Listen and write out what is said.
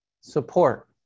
support